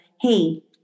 hey